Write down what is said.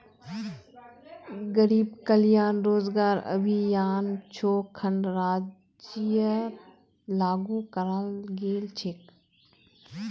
गरीब कल्याण रोजगार अभियान छो खन राज्यत लागू कराल गेल छेक